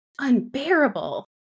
unbearable